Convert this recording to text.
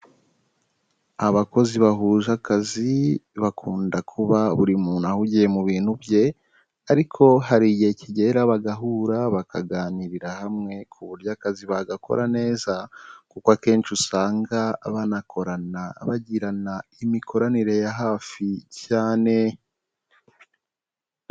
Abakozi bahuje akazi bakunda kuba buri muntu ahugiye mu bintu bye ariko hari igihe kigera bagahura, bakaganirira hamwe ku buryo akazi bagakora neza kuko akenshi usanga banakorana bagirana imikoranire ya hafi cyane.